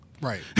Right